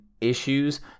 issues